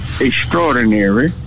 extraordinary